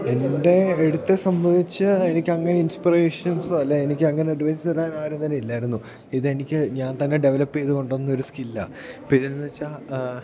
എൻ്റെ അടുത്ത് സംബന്ധിച്ച് എനിക്കങ്ങനെ ഇൻസ്പിറേഷൻസ് അല്ലെങ്കിൽ എനിക്കങ്ങനെ അഡ്വൈസ് തരാൻ ആരും തന്നെ ഇല്ലായിരുന്നു ഇതെനിക്ക് ഞാൻ തന്നെ ഡെവലപ്പ് ചെയ്തുകൊണ്ടുവന്നൊരു സ്കില്ലാണ് ഇപ്പോൾ ഇതെന്ന് വെച്ചാൽ